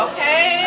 Okay